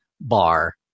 bar